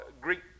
Greek